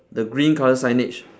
the green colour signage